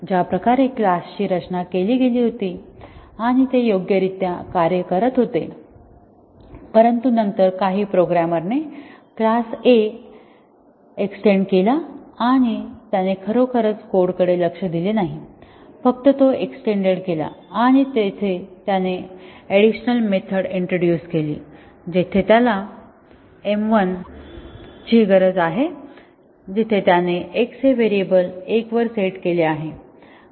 ज्या प्रकारे क्लासची रचना केली गेली होती आणि ते योग्यरित्या कार्य करत होते परंतु नंतर काही प्रोग्रामर ने क्लास A एक्सटेन्ड केला आणि त्याने खरोखर कोड कडे लक्ष दिले नाही फक्त तो एक्सटेन्ड केला आणि येथे त्याने ऍडिशनल मेथड इंट्रोड्यूस केली जेथे त्याला m1 ची गरज आहे जिथे त्याने x हे व्हेरिएबल 1 वर सेट केले आहे